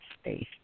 space